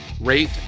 rate